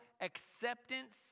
acceptance